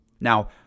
Now